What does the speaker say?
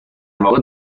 واقع